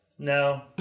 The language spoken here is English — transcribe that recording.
No